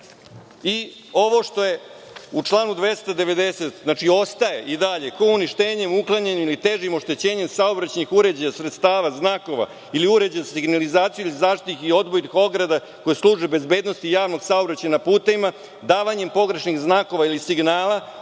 i ovo što je u članu 290. ostaje i dalje – ko uništenjem, uklanjanjem ili težim oštećenjem saobraćajnih uređaja, sredstava, znakova ili uređaja za signalizaciju ili zaštitnih i odvojnih ograda, koje služe bezbednosti javnog saobraćaja na putevima, davanjem pogrešnih znakova ili signala,